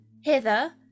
hither